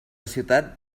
ciutat